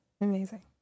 amazing